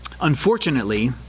Unfortunately